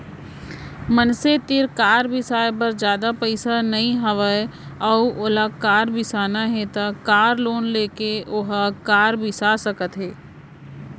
मनसे तीर कार बिसाए बर जादा पइसा नइ राहय अउ ओला कार बिसाना हे त कार लोन लेके ओहा कार बिसा सकत हे